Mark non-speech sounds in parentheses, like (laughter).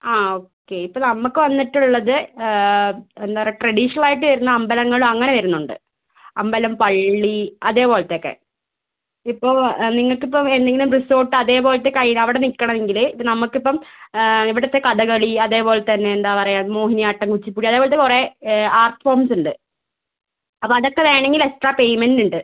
ആ ഓക്കെ ഇപ്പോൾ നമുക്ക് വന്നിട്ടുള്ളത് എന്താണ് പറയുക ട്രഡീഷണൽ ആയിട്ട് വരുന്ന അമ്പലങ്ങൾ അങ്ങനെ വരുന്നുണ്ട് അമ്പലം പള്ളി അതേപോലത്തെ ഒക്കെ ഇപ്പോൾ നിങ്ങൾക്ക് ഇപ്പോൾ എന്തെങ്കിലും റിസോർട്ട് അതേപോലത്തെ (unintelligible) അവിടെ നിൽക്കണമെങ്കിൽ ഇത് നമുക്ക് ഇപ്പം ഇവിടുത്തെ കഥകളി അതേപോലെ തന്നെ എന്താണ് പറയുക മോഹിനിയാട്ടം കുച്ചിപ്പുടി അതേപോലത്തെ കുറേ ആർട്ട് ഫോംസ് ഉണ്ട് അപ്പം അതൊക്കെ വേണമെങ്കിൽ എക്സ്ട്രാ പേയ്മെന്റ് ഉണ്ട്